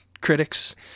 Critics